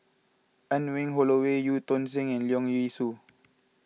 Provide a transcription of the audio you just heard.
Anne Wong Holloway Eu Tong Sen and Leong Yee Soo